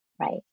right